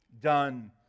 done